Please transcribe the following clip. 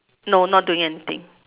no not doing anything